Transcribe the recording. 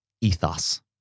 Ethos